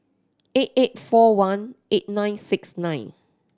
eight eight four one eight nine six nine